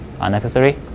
unnecessary